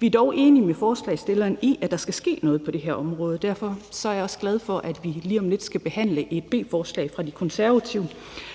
Vi er dog enige med forslagsstillerne i, at der skal ske noget på det her område, og derfor er jeg også glad for, at vi lige om lidt skal behandle et beslutningsforslag fra De Konservative,